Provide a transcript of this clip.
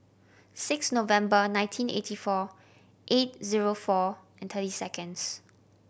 six November nineteen eighty four eight zero four and thirty seconds